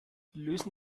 lösen